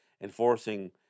enforcing